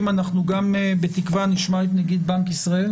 אני מקווה שגם נשמע את נגיד בנק ישראל,